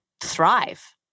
thrive